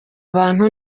abantu